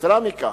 יתירה מכך,